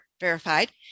verified